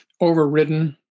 overridden